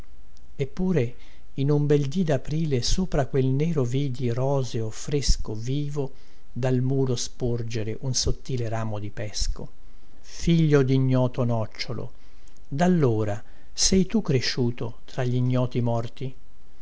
eppure in un bel dì daprile sopra quel nero vidi roseo fresco vivo dal muro sporgere un sottile ramo di pesco figlio dignoto nòcciolo dallora sei tu cresciuto tra gli ignoti morti